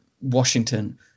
Washington